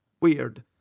weird